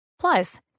Plus